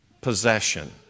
possession